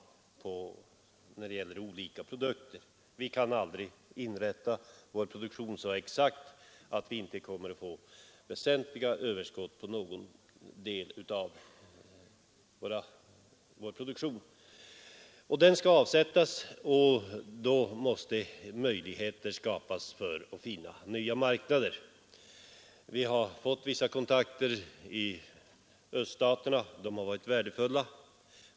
Vi kan aldrig så exakt avväga vår produktion att vi inte på någon del av den kommer att få väsentliga överskott. Dessa överskott skall avsättas, och då måste möjligheter skapas att finna nya marknader. Vi har fått vissa kontakter i öststaterna; de har varit värdefulla.